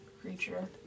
creature